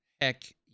heck